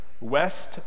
west